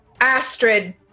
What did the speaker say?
Astrid